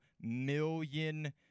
million